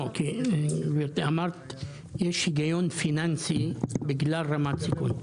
לא, כי אמרת שיש היגיון פיננסי בגלל רמת הסיכון.